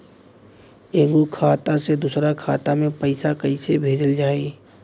एगो खाता से दूसरा खाता मे पैसा कइसे भेजल जाई?